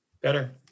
better